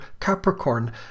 Capricorn